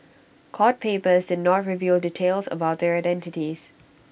court papers did not reveal details about their identities